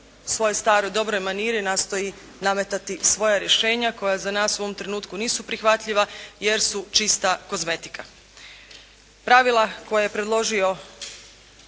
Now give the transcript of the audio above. svojoj staroj dobroj maniri nastoji nametati svoja rješenja koja za nas u ovom trenutku nisu prihvatljiva jer su čista kozmetika. Pravila koja je predložio